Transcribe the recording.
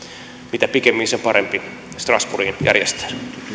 mitä pikemmin sen parempi strasbourgiin järjestää